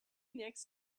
next